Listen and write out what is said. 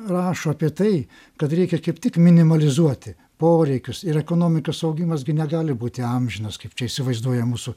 rašo apie tai kad reikia kaip tik minimalizuoti poreikius ir ekonomikos augimas gi negali būti amžinas kaip čia įsivaizduoja mūsų